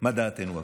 מה דעתנו הפוליטית,